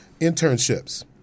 Internships